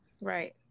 right